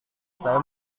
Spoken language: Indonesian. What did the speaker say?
saya